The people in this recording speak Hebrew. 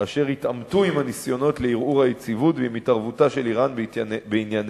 אשר יתעמתו עם הניסיונות לערעור היציבות ועם התערבותה של אירן בענייניהן